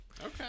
Okay